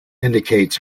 indicates